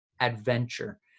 adventure